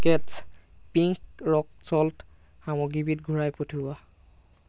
কেট্ছ pink rock salt সামগ্ৰীবিধ ঘূৰাই পঠিওৱা